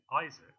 Isaac